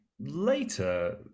later